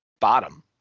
bottom